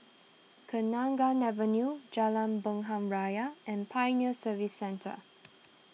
Kenanga Avenue Jalan Bunga Raya and Pioneer Service Centre